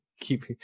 keep